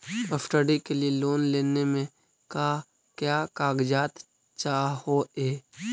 Study के लिये loan लेने मे का क्या कागजात चहोये?